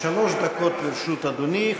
שלוש דקות לרשות אדוני,